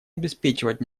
обеспечивать